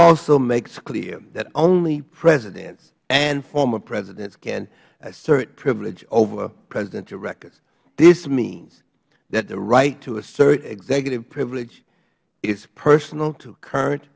also makes clear that only presidents and former presidents can assert privilege over presidential records this means that the right to assert executive privilege is personal to current